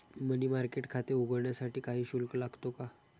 मनी market खाते उघडण्यासाठी काही शुल्क लागतो का?